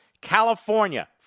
California